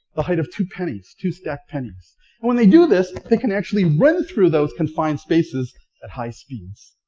the height of two pennies, two stacked pennies, pennies, and when they do this, they can actually run through those confined spaces at high speeds,